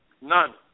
none